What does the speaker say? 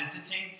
visiting